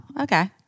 okay